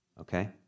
okay